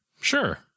Sure